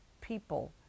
people